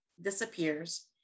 disappears